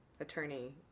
attorney